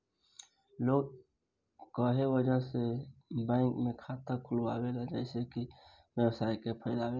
लोग कए वजह से ए बैंक में खाता खोलावेला जइसे कि व्यवसाय के फैलावे ला